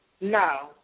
No